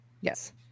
Yes